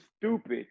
stupid